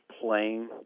playing –